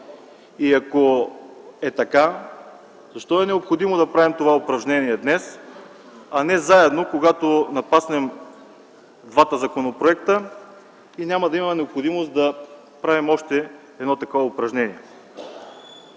Ако е така, защо е необходимо да правим това упражнение днес, а не заедно, когато напаснем двата законопроекта и няма да има необходимост да правим още едно такова упражнение?